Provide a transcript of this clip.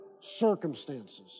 circumstances